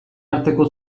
arteko